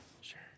Sure